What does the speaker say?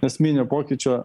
esminio pokyčio